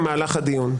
במהלך הדיון,